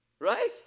Right